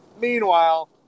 Meanwhile